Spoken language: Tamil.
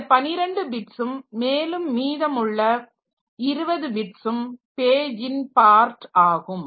இந்த 12 பிட்ஸ்ஸும் மேலும் மீதமுள்ள 20 பிட்ஸ்ஸும் பேஜின் பார்ட் ஆகும்